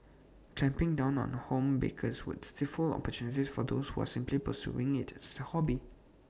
clamping down on home bakers would stifle opportunities for those who are simply pursuing IT A hobby